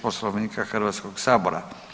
Poslovnika Hrvatskog sabora.